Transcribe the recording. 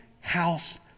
House